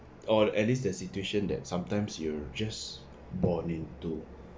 or at least their situation that sometimes you're just born into